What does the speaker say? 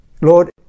Lord